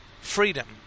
freedom